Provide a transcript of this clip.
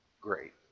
great